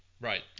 Right